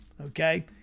okay